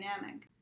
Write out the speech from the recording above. dynamic